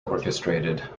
orchestrated